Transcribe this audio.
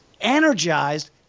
energized